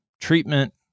treatment